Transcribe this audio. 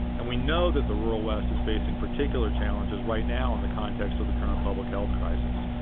and we know that the rural west is facing particular challenges right now in the context of the current public health crisis.